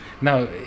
Now